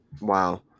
Wow